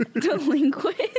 Delinquent